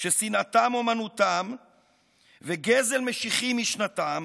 ששנאתם אומנותם וגזל משיחי משנתם